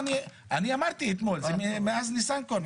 אני התחלתי את זה מאז ניסנקורן.